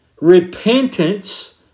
repentance